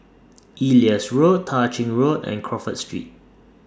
Elias Road Tah Ching Road and Crawford Street